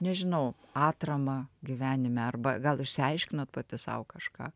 nežinau atramą gyvenime arba gal išsiaiškinot pati sau kažką